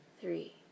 three